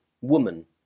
woman